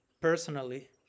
personally